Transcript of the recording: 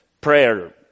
prayer